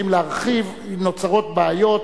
כי אם נרחיב נוצרות בעיות,